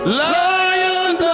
lion